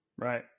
Right